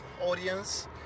audience